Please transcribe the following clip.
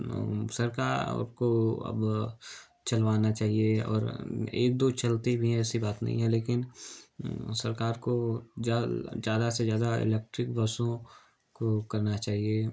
सरकार को अब चलवाना चाहिए और एक दो चलती भी है ऐसी बात नहीं है लेकिन सरकार को ज़्यादा से ज़्यादा इलेक्ट्रिक बसों को करना चाहिए